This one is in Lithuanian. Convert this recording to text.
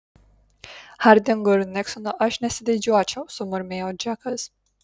hardingu ir niksonu aš nesididžiuočiau sumurmėjo džekas